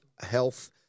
health